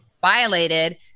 violated